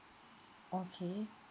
okay